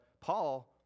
Paul